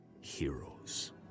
heroes